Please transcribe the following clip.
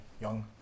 young